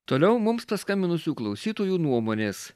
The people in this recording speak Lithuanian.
toliau mums paskambinusių klausytojų nuomonės